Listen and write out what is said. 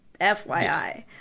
FYI